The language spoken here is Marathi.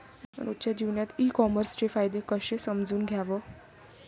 रोजच्या जीवनात ई कामर्सचे फायदे कसे समजून घ्याव?